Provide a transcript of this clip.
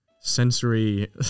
sensory